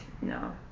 No